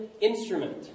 instrument